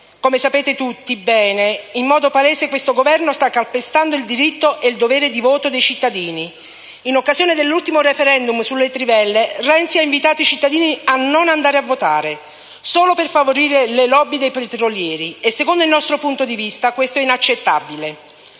Come sapete tutti bene, in modo palese questo Governo sta calpestando il diritto e dovere di voto dei cittadini: in occasione dell'ultimo *referendum* sulle trivelle Renzi ha invitato i cittadini a non andare a votare, solo per favorire le *lobby* dei petrolieri. Secondo il nostro punto di vista questo è inaccettabile.